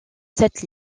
cette